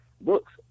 books